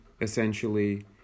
essentially